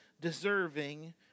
deserving